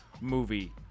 movie